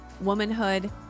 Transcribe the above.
womanhood